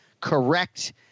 correct